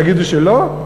תגידו שלא?